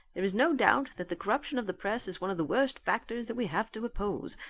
there is no doubt that the corruption of the press is one of the worst factors that we have to oppose.